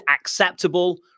acceptable